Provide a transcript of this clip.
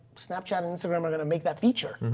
snapchat and instagram are going to make that feature.